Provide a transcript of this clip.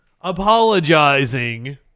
apologizing